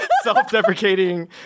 Self-deprecating